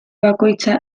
bakoitza